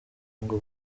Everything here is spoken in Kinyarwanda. ngo